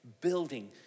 building